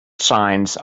shines